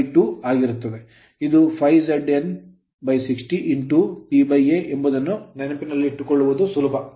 ಇದು ∅ Z N 60 P A ಎಂಬುದನ್ನು ನೆನಪಿಟ್ಟುಕೊಳ್ಳುವುದು ಸುಲಭ